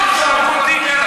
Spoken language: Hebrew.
כן.